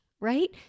right